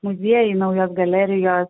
muziejai naujos galerijos